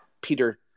Peter